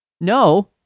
No